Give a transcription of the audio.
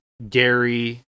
gary